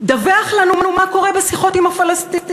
דווח לנו מה קורה בשיחות עם הפלסטינים.